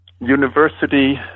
University